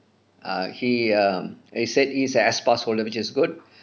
uh he um he said he's a S pass holder which is good